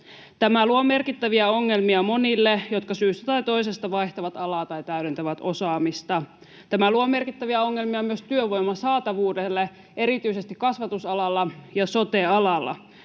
Tämä luo merkittäviä ongelmia monille, jotka syystä tai toisesta vaihtavat alaa tai täydentävät osaamista. Tämä luo merkittäviä ongelmia myös työvoiman saatavuudelle, erityisesti kasvatusalalla ja sote-alalla.